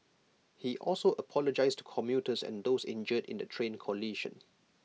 he also apologised to commuters and those injured in the train collision